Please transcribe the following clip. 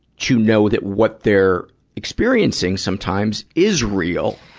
to know that what they're experiencing sometimes is real,